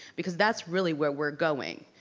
because that's really where we're going.